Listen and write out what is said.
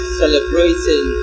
celebrating